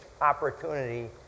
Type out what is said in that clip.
opportunity